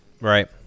Right